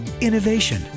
Innovation